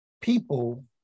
people